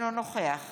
אינו נוכח